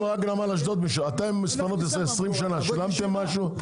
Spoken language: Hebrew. אתם שילמתם משהו למדינה?